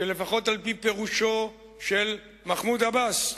שלפחות על-פי פירושו של מחמוד עבאס אמרה: